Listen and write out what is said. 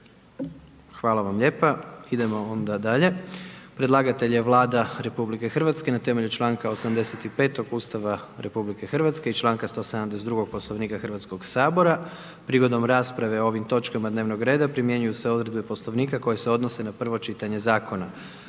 Hvala vam lijepa. Idemo onda dalje. Predlagatelj je Vlada RH na temelju čl. 85. Ustava RH i čl. 172. Poslovnika Hrvatskog sabora. Prigodom rasprave o ovim točkama dnevnog reda primjenjuju se odredbe Poslovnika koje se odnose na prvo čitanje Zakona.